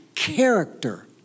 Character